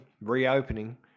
reopening